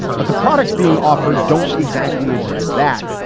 but the products being offered don't exactly address that.